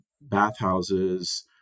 bathhouses